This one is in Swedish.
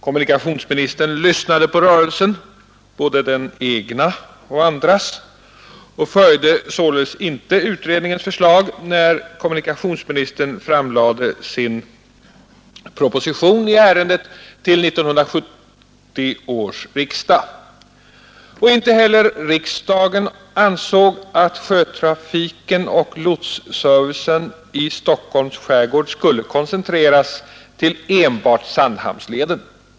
Kommunikationsministern lyssnade på rörelsen — både den egna och andras — och följde sålunda inte utredningens förslag, när han framlade sin proposition i ärendet till 1970 års riksdag. Inte heller riksdagen ansåg att sjötrafiken och lotsservicen i Stockholms skärgård skulle koncentreras till enbart Sandhamnsleden.